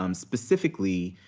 um specifically,